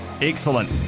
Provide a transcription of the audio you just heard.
Excellent